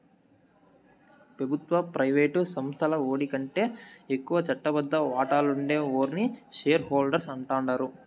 పెబుత్వ, ప్రైవేటు సంస్థల్ల ఓటికంటే ఎక్కువ చట్టబద్ద వాటాలుండే ఓర్ని షేర్ హోల్డర్స్ అంటాండారు